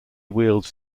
wields